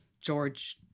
George